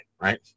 right